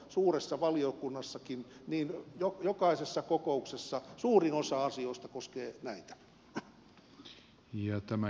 suuressa valiokunnassakin jokaisessa kokouksessa suurin osa asioista koskee näitä